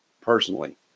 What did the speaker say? personally